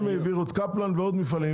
הם העבירו את קפלן ועוד מפעלים.